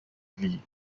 league